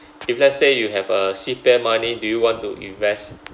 if let's say you have uh C_P_F money do you want to invest